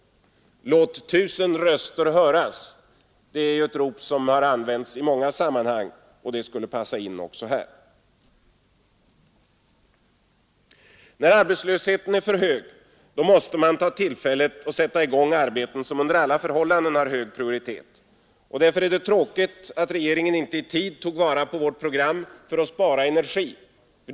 ”Låt tusen röster höras”, är ett rop som har använts i många sammanhang, och det skulle passa in också här. När arbetslösheten är så hög måste man ta tillfället i akt och sätta i gång arbeten som under alla förhållanden har hög prioritet. Därför är det tråkigt att regeringen inte i tid tog vara på vårt program för att spara energi.